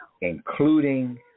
including